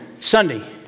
Sunday